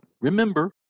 remember